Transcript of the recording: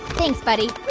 thanks, buddy